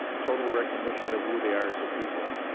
total recognition of who they are as a people.